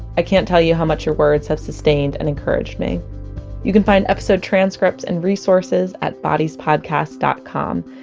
i can't tell you how much your words have sustained and encouraged me you can find episode transcripts and resources at bodiespodcast dot com.